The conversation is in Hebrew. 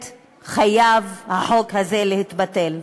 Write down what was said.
החוק הזה חייב להתבטל.